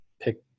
pick